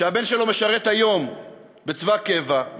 שהבן שלו משרת היום בצבא קבע.